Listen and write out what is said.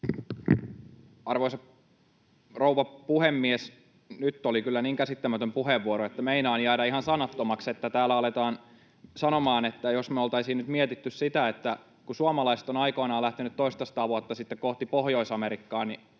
Arvoisa rouva puhemies! Nyt oli kyllä niin käsittämätön puheenvuoro, että meinaan jäädä ihan sanattomaksi. [Kimmo Kiljunen: Tietenkin oli!] Täällä aletaan sanomaan, että jos me oltaisiin nyt mietitty sitä, että kun suomalaiset ovat aikoinaan lähteneet toistasataa vuotta sitten kohti Pohjois-Amerikkaa,